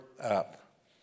up